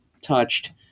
touched